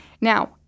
Now